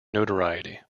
notoriety